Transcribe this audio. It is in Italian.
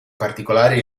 particolare